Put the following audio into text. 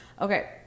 okay